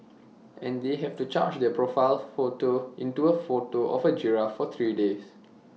and they have to change their profile photo into A photo of A giraffe for three days